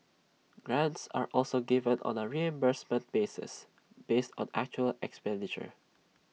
grants are also given on A reimbursement basis based on actual expenditure